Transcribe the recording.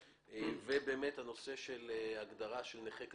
ובאמת נושא ההגדרה של נכה קשיש.